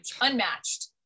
unmatched